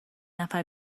نفر